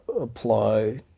apply